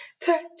touch